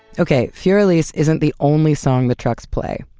okay, fur elise isn't the only song the trucks play.